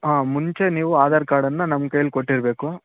ಹಾಂ ಮುಂಚೆ ನೀವು ಆಧಾರ್ ಕಾರ್ಡನ್ನು ನಮ್ಮ ಕೈಯಲ್ಲಿ ಕೊಟ್ಟಿರಬೇಕು